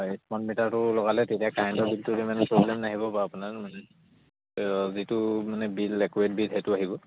এই স্মাৰ্ট মিটাৰটো লগালে তেতিয়া কাৰেণ্টৰ বিলটো মানে প্ৰ'ব্লেম নাহিব বাৰু আপোনাৰ মানে যিটো মানে বিল একুৰেট বিল সেইটো আহিব